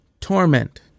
torment